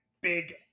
big